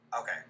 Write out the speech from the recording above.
Okay